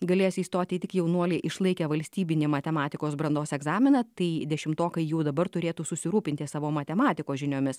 galės įstoti tik jaunuoliai išlaikę valstybinį matematikos brandos egzaminą tai dešimtokai jau dabar turėtų susirūpinti savo matematikos žiniomis